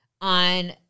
on